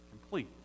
complete